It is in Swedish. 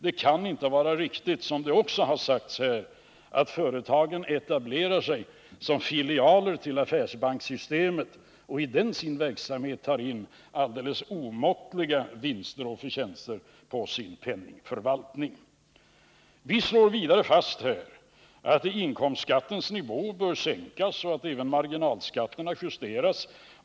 Det kan inte heller vara riktigt — vilket också har sagts här tidigare — att företagen etablerar sig som filialer till affärsbankssystemet och i denna sin verksamhet tar in alldeles omåttliga vinster och förtjänster på sin penningförvaltning. Vi slår vidare fast att inkomstskattens nivå bör sänkas och att marginalskatterna bör justeras.